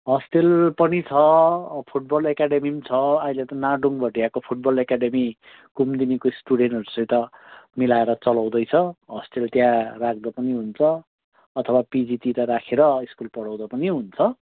hostel पनि छ football academy पनि छ अहिले त नाडुङ भोटियाको फुटबल एकाडेमी कुमुदिनीको स्टुडेन्टहरूसित मिलाएर चलाउँदैछ हस्टेल त्यहाँ राख्दा पनि हुन्छ अथवा पिजीतिर राखेर स्कुल पढाउँदा पनि हुन्छ